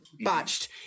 Botched